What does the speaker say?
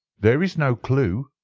there is no clue?